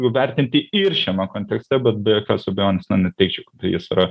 vertinti ir šiame kontekste bet be jokios abejonės na net teigčiau kad tai jis yra